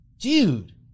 dude